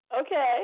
Okay